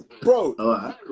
Bro